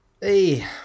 hey